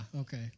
okay